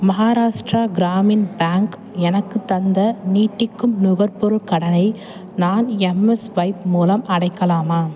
Maharashtra Gramin bank எனக்குத் தந்த நீட்டிக்கும் நுகர்பொருள் கடனை நான் எம்எஸ்ஸ்வைப் மூலம் அடைக்கலாமா